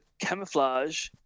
camouflage